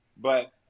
But-